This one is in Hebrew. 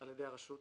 על-ידי הרשות.